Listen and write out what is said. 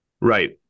Right